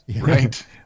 right